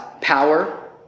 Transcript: power